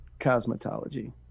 cosmetology